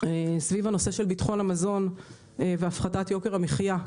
סביב הנושא של ביטחון המזון והפחתת יוקר המחיה,